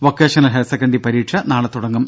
vocational higher secondary പരീക്ഷ നാളെ തുടങ്ങും